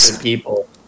people